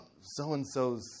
so-and-so's